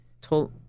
told